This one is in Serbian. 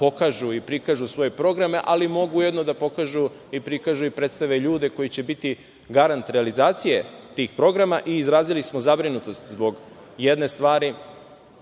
pokažu i prikažu svoje programe, ali mogu ujedno da pokažu i prikažu i predstave ljude koji će biti garant realizacije tih programa i izrazili smo zabrinutost zbog jedne stvari